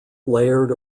layered